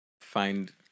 find